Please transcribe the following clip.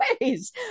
ways